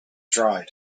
dried